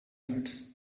hearts